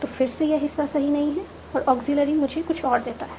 तो फिर से यह हिस्सा सही नहीं है और ऑग्ज़ीलियरी मुझे कुछ और देता है